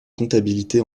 comptabilité